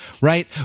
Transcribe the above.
right